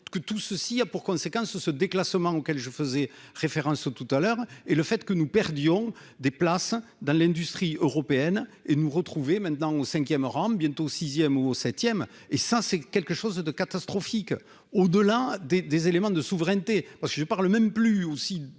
que tout ceci a pour conséquence ce déclassement auquel je faisais référence au tout à l'heure et le fait que nous perdions des places dans l'industrie européenne et nous retrouver maintenant au 5ème rang bientôt 6ème ou 7ème et ça c'est quelque chose de catastrophique au de l'un des, des éléments de souveraineté, parce que je ne parle même plus aussi